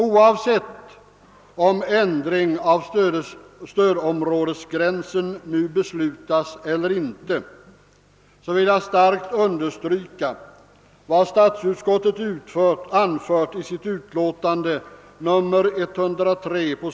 Oavsett om ändring av stödområdesgränsen nu beslutas eller inte vill jag framhålla vad statsutskottet anfört på s. 20 i sitt utlåtande nr 103.